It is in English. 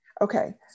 Okay